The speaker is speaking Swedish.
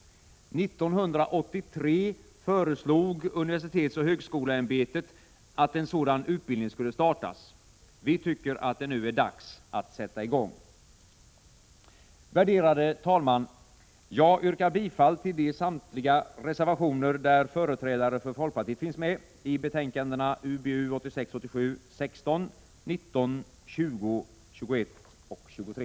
1983 föreslog universitetsoch högskoleämbetet att en sådan utbildning skulle startas. Vi tycker att det nu är dags att sätta i gång. Herr talman! Jag yrkar bifall till samtliga reservationer där företrädare för folkpartiet finns med i betänkandena UbU 1986/87:16, 19, 20, 21 och 23.